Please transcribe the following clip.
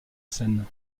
scène